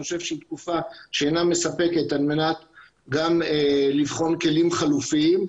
אני חושב שהיא תקופה שאינה מספקת על מנת לבחון כלים חלופיים.